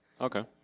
Okay